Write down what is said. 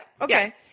Okay